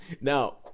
Now